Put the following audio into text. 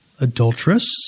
adulteress